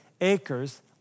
acres